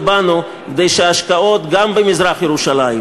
בנו כדי שההשקעות גם במזרח-ירושלים,